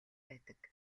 байдаг